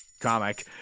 comic